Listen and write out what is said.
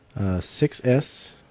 6S-